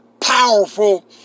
powerful